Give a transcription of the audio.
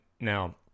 Now